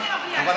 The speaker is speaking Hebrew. שנייה, דקה.